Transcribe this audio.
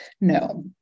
no